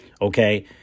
okay